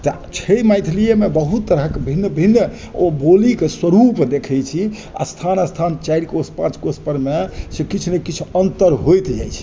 तऽ छै मैथिलिये मे बहुत तरहक भिन्न भिन्न ओ बोली के स्वरूप देखै छी स्थान स्थान चारि कोश पाँच कोश पर मे से किछु ने किछु अन्तर होइत जाइत छै